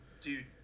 Dude